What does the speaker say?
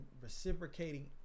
reciprocating